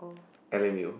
L_M_A_O